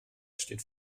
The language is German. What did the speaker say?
steht